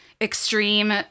extreme